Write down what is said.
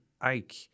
Ike